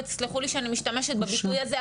ותסלחו לי שאני משתמשת בביטוי הזה,